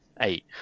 eight